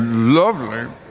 lovely.